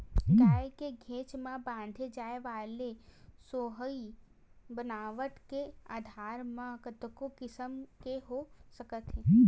गाय के घेंच म बांधे जाय वाले सोहई बनावट के आधार म कतको किसम के हो सकत हे